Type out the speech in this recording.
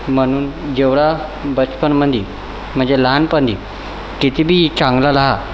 म्हणून जेवढा बचपनमधी म्हणजे लहानपणी कितीबी चांगला रहा